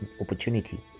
opportunity